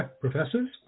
professors